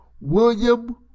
William